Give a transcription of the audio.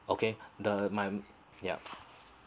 okay the my ya